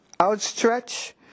outstretched